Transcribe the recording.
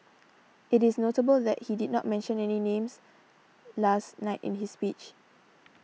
it is notable that he did not mention any names last night in his speech